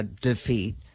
defeat